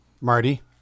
Marty